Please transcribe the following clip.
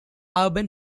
urban